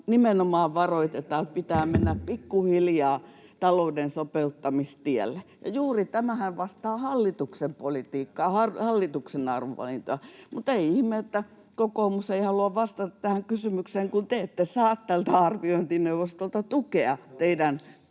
Nimenomaan varoitetaan, että pitää mennä pikkuhiljaa talouden sopeuttamistielle. Tämähän juuri vastaa hallituksen politiikkaa, hallituksen arvovalintaa. Mutta ei ihme, että kokoomus ei halua vastata tähän kysymykseen, kun te ette saa tältä arviointineuvostolta tukea teidän